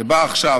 זה בא עכשיו,